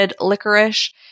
licorice